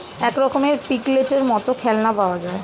এক রকমের পিগলেটের মত খেলনা পাওয়া যায়